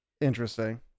Interesting